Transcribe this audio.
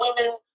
women